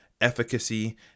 efficacy